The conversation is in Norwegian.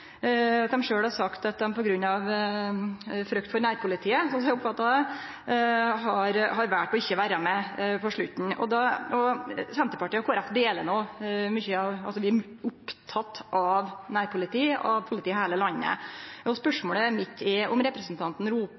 Dei har sjølve – slik eg oppfatta det – sagt at dei av frykt for nærpolitiet har valt ikkje å vere med på slutten. Senterpartiet og Kristeleg Folkeparti er opptekne av nærpolitiet og av å ha politi i heile landet. Spørsmålet mitt er om representanten